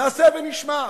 נעשה ונשמע.